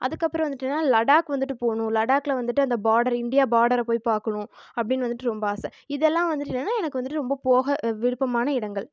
அதுக்கப்புறம் வந்துட்டுனா லடாக் வந்துவிட்டு போகணும் லடாக்ல வந்துவிட்டு அந்த பார்டர் இண்டியா பார்டரை போய் பார்க்கணும் அப்படின்னு வந்துவிட்டு ரொம்ப ஆசை இதெல்லாம் வந்துவிட்டு என்னென்னா எனக்கு வந்துவிட்டு ரொம்ப போக விருப்பமான இடங்கள்